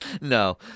no